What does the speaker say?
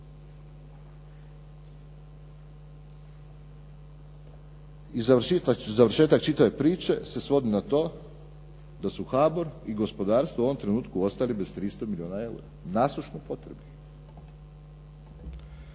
I završetak čitave priče se svodi na to da su HBOR i gospodarstvo u ovom trenutku ostali bez 300 milijuna eura, nasušno potrebnih.